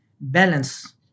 balance